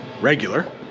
Regular